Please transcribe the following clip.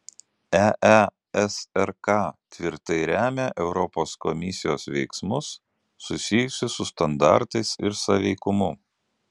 eesrk tvirtai remia europos komisijos veiksmus susijusius su standartais ir sąveikumu